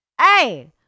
Hey